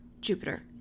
Jupiter